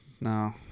No